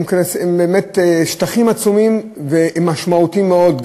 הם באמת שטחים עצומים ומשמעותיים מאוד,